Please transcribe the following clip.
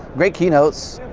great keynotes.